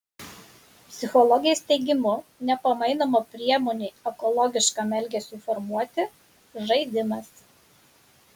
psichologės teigimu nepamainoma priemonė ekologiškam elgesiui formuoti žaidimas